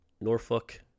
Norfolk